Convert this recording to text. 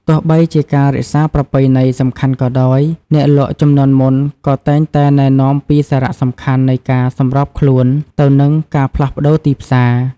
ទោះបីជាការរក្សាប្រពៃណីសំខាន់ក៏ដោយ អ្នកលក់ជំនាន់មុនក៏តែងតែណែនាំពីសារៈសំខាន់នៃការសម្របខ្លួនទៅនឹងការផ្លាស់ប្ដូរទីផ្សារ។